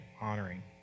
honoring